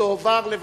התש"ע 2009, לוועדת